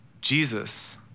Jesus